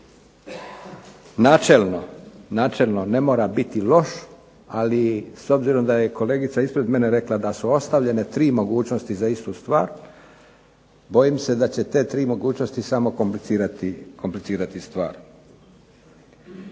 da načelno ne mora biti loš, ali s obzirom da je kolegica ispred mene rekla da su ostavljene tri mogućnosti za istu stvar, bojim se da će te tri mogućnosti samo komplicirati stvar.